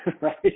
Right